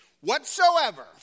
Whatsoever